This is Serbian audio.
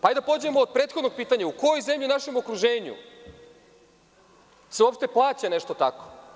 Hajde da pođemo od prethodnog pitanja, u kojoj zemlji u našem okruženju se uopšte plaća nešto tako?